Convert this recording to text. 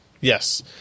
Yes